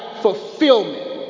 fulfillment